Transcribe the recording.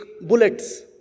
bullets